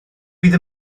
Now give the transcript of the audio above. bydd